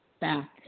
back